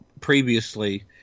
previously